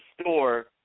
store